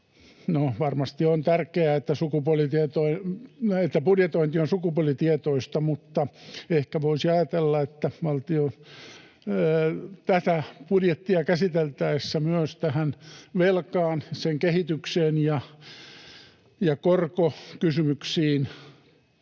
varmasti on tärkeää, että budjetointi on sukupuolitietoista, mutta ehkä voisi ajatella, että tätä budjettia käsiteltäessä myös tähän velkaan, sen kehitykseen ja korkokysymyksiin